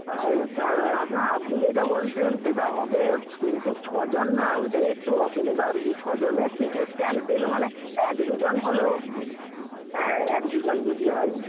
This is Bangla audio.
আপনার আপনি যেটা বলছেন সেটা হবে কিন্তু ছজন না ওটাই একটু অসুবিধা আর কি ছজনের টিকিট ক্যানসেল মানে এক দুজন হলেও হ্যাঁ এক দুজন যদি হয়